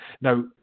Now